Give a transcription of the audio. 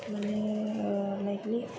माने ओ लाइकलि